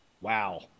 Wow